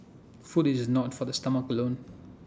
food is not for the stomach alone